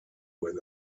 with